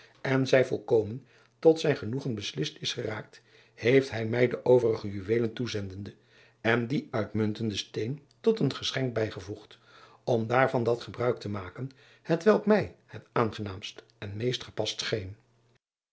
en zij volkomen tot zijn genoegen beslist is geraakt heeft hij mij de overige juweelen toezendende er dien uitmuntenden steen tot een geschenk bijgevoegd om daarvan dat gebruik te maken hetwelk mij het aangenaamst en meest gepast scheen